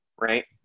Right